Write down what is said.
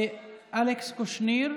אלכס קושניר.